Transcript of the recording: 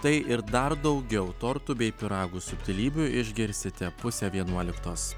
tai ir dar daugiau tortų bei pyragų subtilybių išgirsite pusę vienuoliktos